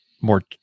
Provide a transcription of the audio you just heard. more